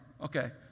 Okay